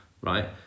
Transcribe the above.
right